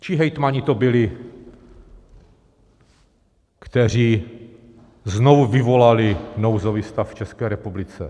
Čí hejtmani to byli, kteří znovu vyvolali nouzový stav v České republice?